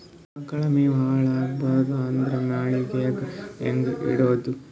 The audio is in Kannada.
ಆಕಳ ಮೆವೊ ಹಾಳ ಆಗಬಾರದು ಅಂದ್ರ ಮಳಿಗೆದಾಗ ಹೆಂಗ ಇಡೊದೊ?